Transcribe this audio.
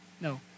No